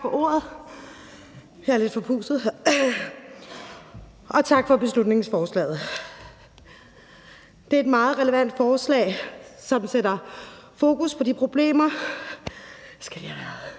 Tak for ordet, og tak for beslutningsforslaget. Det er et meget relevant forslag, som sætter fokus på de problemer,